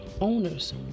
owners